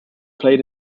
played